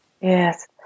Yes